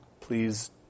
Please